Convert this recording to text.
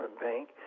bank